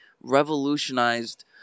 revolutionized